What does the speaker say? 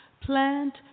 plant